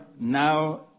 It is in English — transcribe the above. now